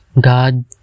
God